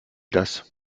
das